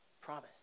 promise